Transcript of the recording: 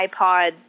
iPod